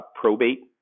probate